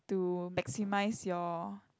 to maximize your